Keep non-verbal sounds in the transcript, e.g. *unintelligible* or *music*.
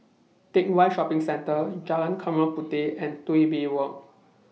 Teck Whye Shopping Centre Jalan Chempaka Puteh and *unintelligible* Bay Walk